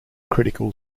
critical